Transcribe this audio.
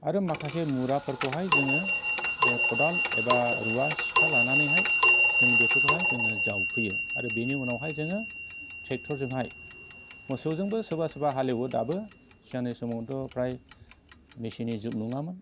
आरो माखासे मुराफोरखौहाय जोङो खदाल एबा रुवा सिखा लानानैहाय जोङो बेफोरखौहाय जोङो जावफैयो आरो बेनि उनावहाय जोङो ट्रेक्टरजोंहाय मोसौजोंबो सोरबा सोरबा हालेवो दाबो सिगांनि समावथ' फ्राय मेशिननि जुग नङामोन